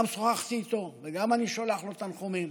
גם שוחחתי איתו וגם אני שולח לו תנחומים.